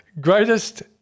Greatest